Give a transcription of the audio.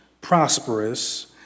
prosperous